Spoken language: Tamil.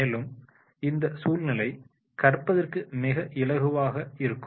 மேலும் இந்த சூழ்நிலை கற்பதற்கு மிக இலகுவாக இருக்கும்